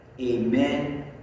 Amen